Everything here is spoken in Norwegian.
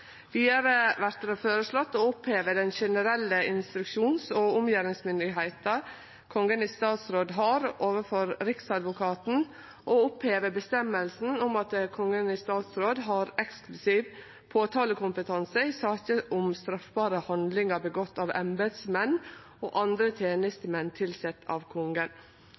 Vidare vert det føreslått å oppheve den generelle instruksjons- og omgjeringsmyndigheita Kongen i statsråd har overfor Riksadvokaten, og oppheve avgjerda om at Kongen i statsråd har eksklusiv påtalekompetanse i saker om straffbare handlingar som er gjorde av embetsmenn og andre tenestemenn som er tilsette av